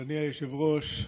אדוני היושב-ראש,